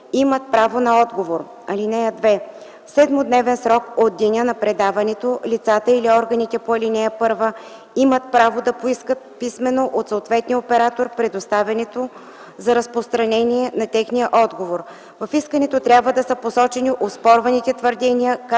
имат право на отговор.